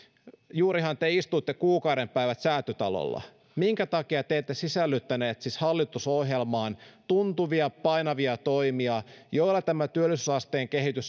juurihan te istuitte kuukauden päivät säätytalolla minkä takia te ette sisällyttäneet siis hallitusohjelmaan tuntuvia painavia toimia joilla tämä työllisyysasteen kehitys